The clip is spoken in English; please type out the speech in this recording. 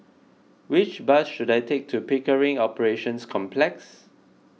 which bus should I take to Pickering Operations Complex